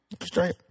straight